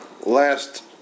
last